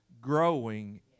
growing